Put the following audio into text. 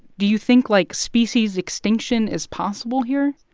do you think, like, species extinction is possible here?